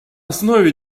основе